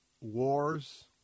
wars